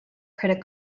credit